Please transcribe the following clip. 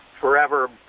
forever